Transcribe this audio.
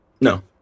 No